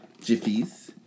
Jiffies